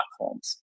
platforms